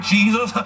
Jesus